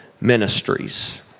Ministries